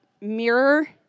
mirror